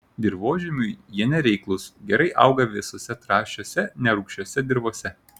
dirvožemiui jie nereiklūs gerai auga visose trąšiose nerūgščiose dirvose